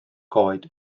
coed